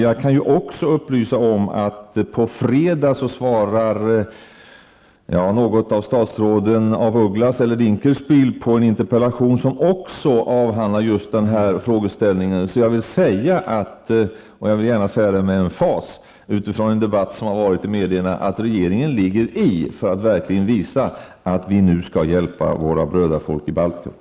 Jag kan även upplysa om att på fredag svarar statsrådet af Ugglas eller statsrådet Dinkelspiel på en interpellation som också gäller denna frågeställning. Mot bakgrund av den debatt som har förts i media vill jag med emfas säga att regeringen ligger i för att verkligen visa att vi nu skall hjälpa våra brödrafolk i Baltikum.